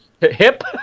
Hip